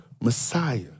Messiah